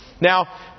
Now